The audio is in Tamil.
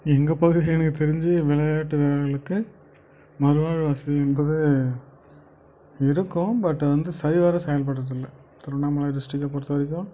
எங்கள் பகுதியில் எனக்கு தெரிஞ்சி விளையாட்டு வீரர்களுக்கு மறுவாழ்வு வசதி என்பது இருக்கும் பட் வந்து சரிவர செயல்படுறதில்ல திருவண்ணாமலை டிஸ்ட்டிக்கை பொறுத்தவரைக்கும்